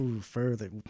Further